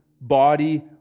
body